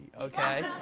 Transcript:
okay